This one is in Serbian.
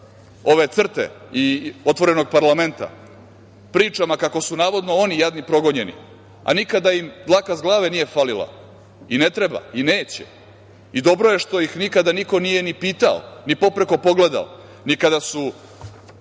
iz CRTE i „Otvorenog parlamenta“, pričama kako su navodno oni jadni progonjeni, a nikada im dlaka sa glave nije falila i ne treba i neće i dobro je što ih nikada nikad nije ni pitao, ni popreko pogledao ni kada su